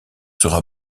sera